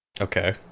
Okay